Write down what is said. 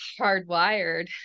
hardwired